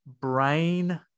brain